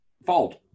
Fold